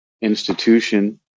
institution